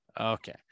Okay